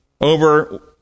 over